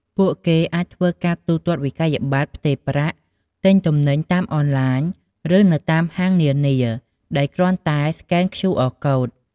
ពួកគេអាចធ្វើការទូទាត់វិក្កយបត្រ ផ្ទេរប្រាក់ ទិញទំនិញតាមអនឡាញ ឬនៅតាមហាងនានាដោយគ្រាន់តែស្កេន ខ្យូ អរ កូដ (QR Code)។